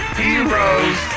heroes